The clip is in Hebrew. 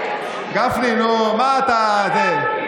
גפני, נו, מה אתה, זה?